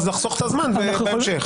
לחסוך את הזמן בהמשך.